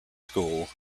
school